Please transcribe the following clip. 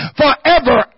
forever